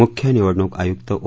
मुख्य निवडणूक आयुक्त ओ